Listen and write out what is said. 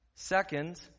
Second